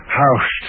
house